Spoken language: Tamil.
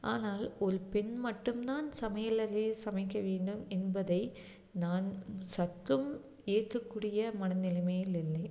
ஆனால் ஒரு பெண் மட்டும் தான் சமையல் அறையில் சமைக்க வேண்டும் என்பதை நான் சற்றும் ஏற்க கூடிய மனநிலைமையில் இல்லை